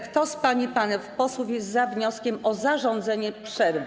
Kto z pań i panów posłów jest za wnioskiem o zarządzenie przerwy.